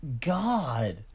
God